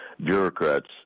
bureaucrats